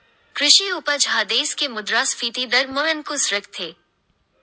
कृषि उपज ह देस के मुद्रास्फीति दर म अंकुस रखथे